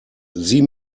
sieh